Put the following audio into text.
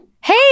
Hey